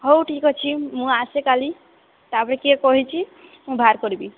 ହଉ ଠିକ୍ ଅଛି ମୁଁ ଆସେ କାଲି ତା'ପରେ କିଏ କହିଛି ମୁଁ ବାହର କରିବି